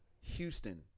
Houston